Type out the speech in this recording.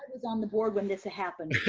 i was on the board when this happened